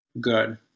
good